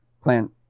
plant